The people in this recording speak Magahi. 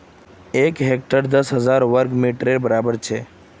एक हेक्टर दस हजार वर्ग मिटरेर बड़ाबर छे